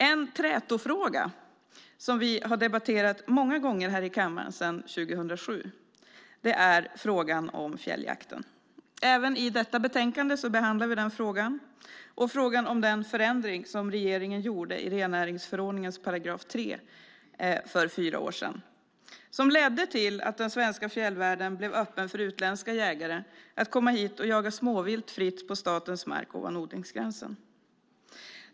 En trätofråga som vi har debatterat många gånger här i kammaren sedan 2007 är frågan om fjälljakten. Även i detta betänkande behandlar vi den frågan och frågan om den förändring som regeringen gjorde i rennäringsförordningens § 3 för fyra år sedan och som ledde till att den svenska fjällvärlden blev öppen för utländska jägare att komma hit och jaga småvilt fritt på statens mark ovan odlingsgränsen.